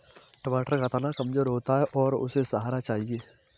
टमाटर का तना कमजोर होता है और उसे सहारा चाहिए